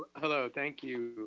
hello. thank you.